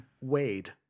Wade